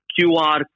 QR